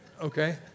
okay